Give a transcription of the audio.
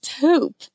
poop